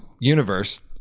universe